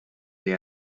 they